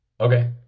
Okay